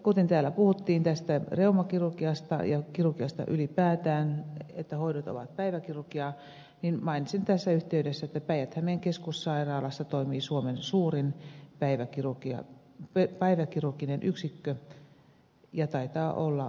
kun täällä puhuttiin reumakirurgiasta ja kirurgiasta ylipäätään sikäli että hoidot ovat päiväkirurgiaa niin mainitsen tässä yhteydessä että päijät hämeen keskussairaalassa toimii suomen suurin päiväkirurginen yksikkö ja taitaa olla uusinkin